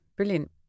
Brilliant